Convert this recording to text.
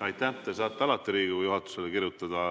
Te saate alati Riigikogu juhatusele kirjutada